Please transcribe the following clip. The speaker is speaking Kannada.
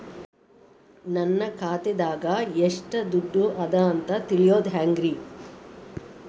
ನನ್ನ ಖಾತೆದಾಗ ಎಷ್ಟ ದುಡ್ಡು ಅದ ಅಂತ ತಿಳಿಯೋದು ಹ್ಯಾಂಗ್ರಿ?